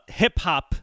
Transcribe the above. hip-hop